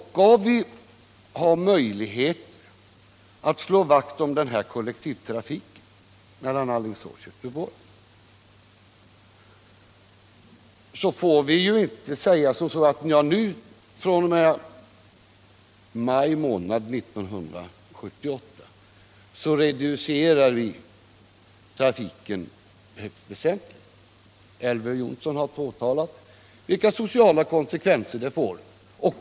Skall vi ha möjligheter att slå vakt om kollektivtrafiken mellan Alingsås och Göteborg får vi inte säga: fr.o.m. maj månad 1978 reducerar vi trafiken högst väsentligt. Elver Jonsson har pekat på vilka sociala konsekvenser detta skulle få.